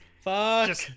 Fuck